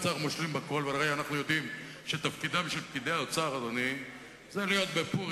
תודה, חברותי וחברי חברי הכנסת, אדוני היושב-ראש,